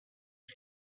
had